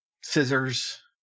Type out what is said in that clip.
scissors